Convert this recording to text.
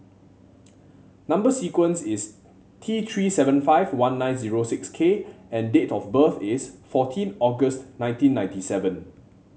number sequence is T Three seven five one nine zero six K and date of birth is fourteen August nineteen ninety seven